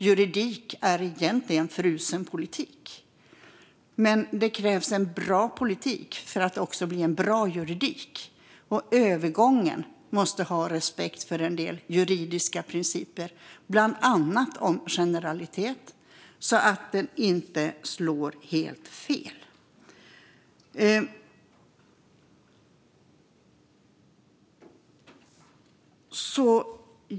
Juridik är egentligen frusen politik. Men det krävs bra politik för att det ska bli bra juridik. Och i övergången måste det finnas respekt för en del juridiska principer, bland annat om generalitet, så att det inte slår helt fel.